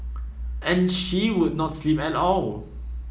and she would not sleep at all